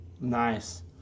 nice